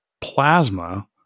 plasma